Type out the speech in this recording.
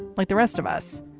like the rest of us,